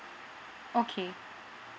okay